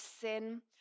sin